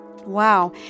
Wow